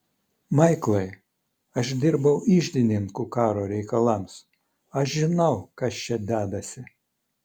maiklai aš dirbau iždininku karo reikalams aš žinau kas čia dedasi